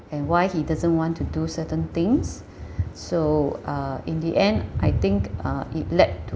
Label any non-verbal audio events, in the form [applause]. and why he doesn't want to do certain things [breath] so uh in the end I think uh it lead to